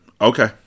okay